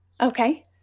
Okay